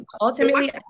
ultimately